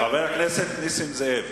חבר הכנסת נסים זאב,